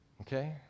okay